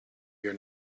your